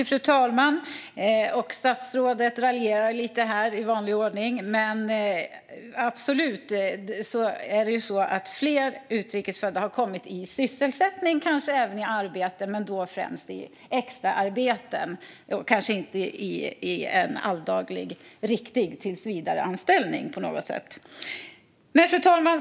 Fru talman! Statsrådet raljerar lite i vanlig ordning. Absolut är det så att fler utrikes födda har kommit i sysselsättning - kanske även i arbete, men då främst i extraarbeten och kanske inte i en alldaglig, riktig tillsvidareanställning. Fru talman!